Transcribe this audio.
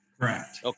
Correct